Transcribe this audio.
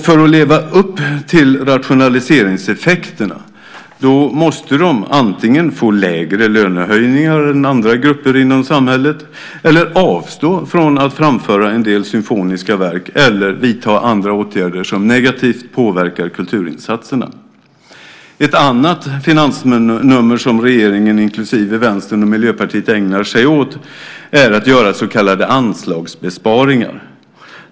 För att leva upp till rationaliseringseffekterna måste de antingen få lägre lönehöjningar än andra grupper inom samhället, avstå från att framföra en del symfoniska verk eller vidta andra åtgärder som negativt påverkar kulturinsatserna. Ett annat finansnummer som regeringen inklusive Vänstern och Miljöpartiet ägnar sig åt är att göra så kallade anslagsbesparingar.